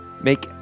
Make